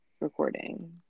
recording